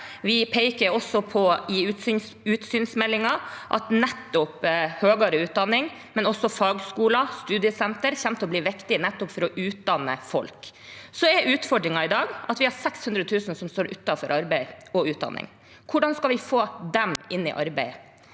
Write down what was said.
også på at høyere utdanning, men også fagskoler og studiesenter kommer til å bli viktig for å utdanne folk. Så er utfordringen i dag at vi har 600 000 som står utenfor arbeid og utdanning. Hvordan skal vi få dem inn i arbeid?